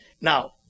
Now